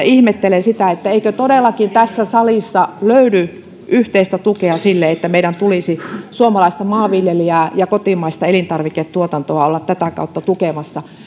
ihmettelen eikö todellakaan tässä salissa löydy yhteistä tukea sille että meidän tulisi suomalaista maanviljelijää ja kotimaista elintarviketuotantoa olla tätä kautta tukemassa